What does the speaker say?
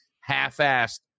half-assed